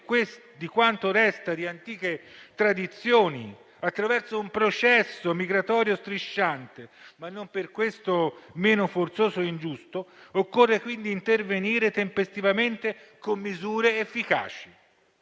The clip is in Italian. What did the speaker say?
quanto resta di antiche tradizioni, attraverso un processo migratorio strisciante, ma non per questo meno forzoso e ingiusto, occorre intervenire tempestivamente con misure efficaci.